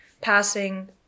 passing